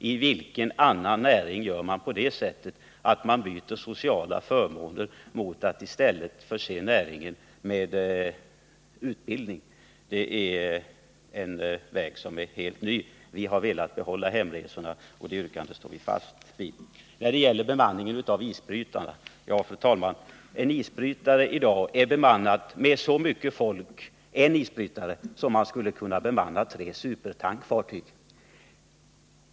I vilken annan näring byter man sociala förmåner mot utbildning? Detta skulle vara en helt ny väg. Vi vill behålla hemresorna och står fast vid vårt yrkande. Sedan, fru talman, till bemanningen av isbrytarna. En isbrytare är i dag bemannad med så många personer att det motsvarar bemanningen av tre supertankfartyg.